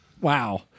Wow